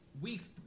weeks